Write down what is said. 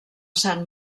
sant